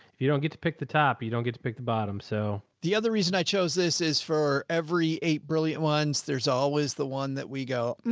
if you don't get to pick the top, you don't get to pick the bottom. so the other reason i chose this is for every eight brilliant ones. there's always the one that we go.